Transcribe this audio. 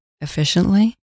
efficiently